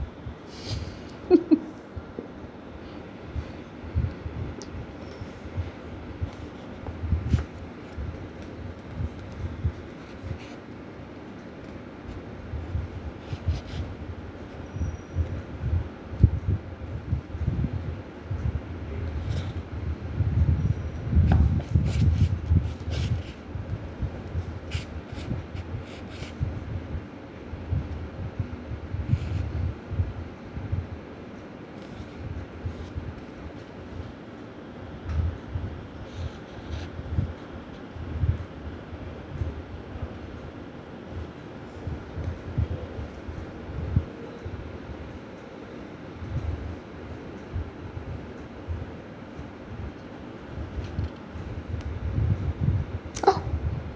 oh